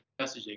messaging